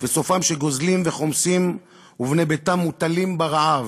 וסופם שגוזלים וחומסים ובני ביתם מוטלים ברעב.